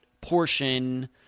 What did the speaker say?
portion